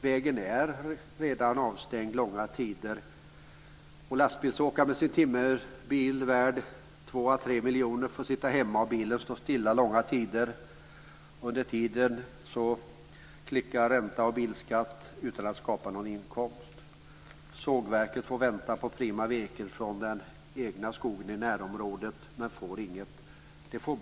Vägarna är långa tider avstängda, så att en lastbilsåkare med en timmerbil värd 2 à 3 miljoner kan få sitta hemma utan att skapa någon inkomst medan ränta och bilskatt tickar ut. Sågverket får vänta förgäves på det prima virket från den egna skogen i närområdet, eftersom det inte kommer fram.